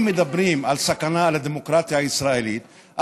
אם מדברים על סכנה לדמוקרטיה הישראלית,